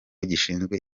gishinzwe